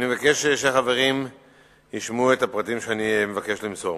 אני מבקש שהחברים ישמעו את הפרטים שאני מבקש למסור.